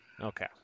okay